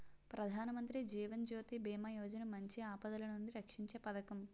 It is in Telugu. ప్రధానమంత్రి జీవన్ జ్యోతి బీమా యోజన మంచి ఆపదలనుండి రక్షీంచే పదకం